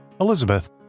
Elizabeth